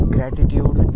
Gratitude